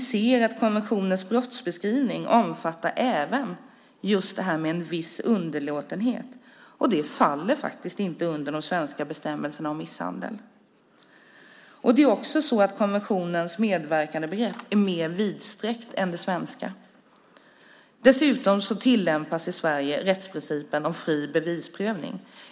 Vi ser att konventionens brottsbeskrivning även omfattar viss underlåtenhet, och det faller inte under de svenska bestämmelserna om misshandel. Konventionens medverkandebegrepp är också mer vidsträckt än det svenska. Dessutom tillämpas i Sverige rättsprincipen om fri bevisprövning.